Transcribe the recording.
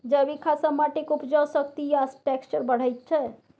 जैबिक खाद सँ माटिक उपजाउ शक्ति आ टैक्सचर बढ़ैत छै